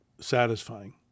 satisfying